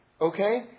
Okay